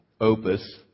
opus